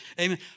Amen